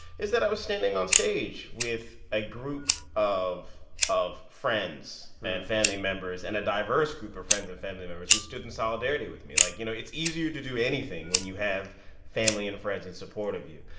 is that i was standing on stage with a group of of friends and family members and a diverse group of friends and family members, who stood in solidarity with me. like, you know, it's easier to do anything when you have family and friends in support of you,